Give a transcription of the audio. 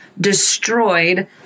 destroyed